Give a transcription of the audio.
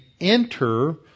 enter